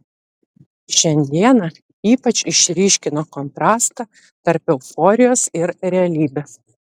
šiandiena ypač išryškino kontrastą tarp euforijos ir realybės